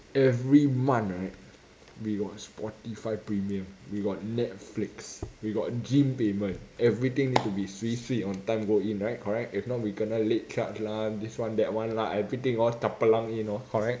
every month right we got spotify premium we got netflix we got gym payment everything that could be swee swee on time go in right correct if not we kena late charge lah this one that one lah everything all chapalang in correct